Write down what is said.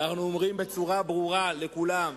ואנו אומרים בצורה ברורה לכולם,